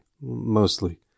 mostly